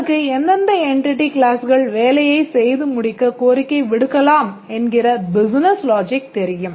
கண்ட்ரோல்லருக்கு எந்தெந்த என்டிட்டி கிளாஸ்கள் வேலையை செய்து முடிக்க கோரிக்கை விடுக்கலாம் என்கிற பிசினஸ் லாஜிக் தெரியும்